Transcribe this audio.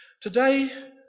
Today